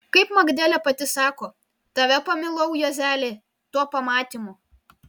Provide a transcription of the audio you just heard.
kaip magdelė pati sako tave pamilau juozeli tuo pamatymu